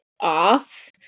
off